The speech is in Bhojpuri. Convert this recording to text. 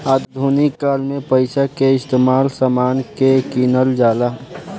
आधुनिक काल में पइसा के इस्तमाल समान के किनल जाला